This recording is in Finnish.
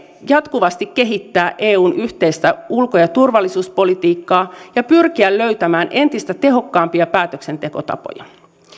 jatkuvasti kehittää eun yhteistä ulko ja turvallisuuspolitiikkaa ja pyrkiä löytämään entistä tehokkaampia päätöksentekotapoja